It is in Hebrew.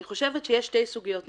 אני חושבת שיש שתי סוגיות נפרדות.